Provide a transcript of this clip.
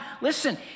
listen